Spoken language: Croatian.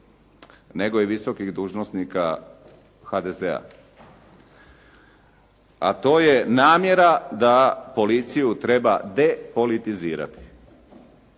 nego i visokih dužnosnika HDZ-a, a to je namjera da policiju treba depolitizirati.